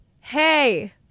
Hey